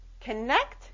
connect